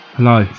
Hello